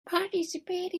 participate